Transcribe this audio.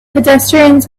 pedestrians